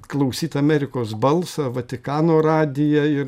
klausyt amerikos balsą vatikano radiją ir